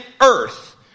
earth